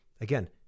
again